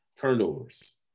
turnovers